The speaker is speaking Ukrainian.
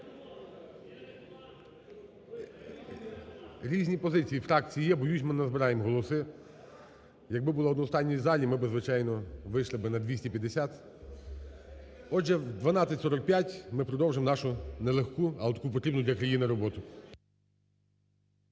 Різні позиції фракцій є, боюсь, ми не назбираємо голоси. Якби була одностайність в залі, ми би, звичайно, вийшли би на 250. Отже, о 12:45 ми продовжимо нашу не легку, але таку потрібну для країни, роботу.